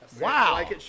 Wow